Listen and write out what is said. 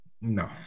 No